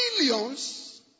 millions